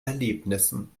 erlebnissen